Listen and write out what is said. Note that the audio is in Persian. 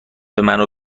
منو